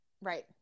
Right